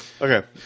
Okay